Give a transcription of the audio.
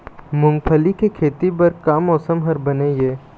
मूंगफली के खेती बर का मौसम हर बने ये?